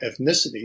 ethnicity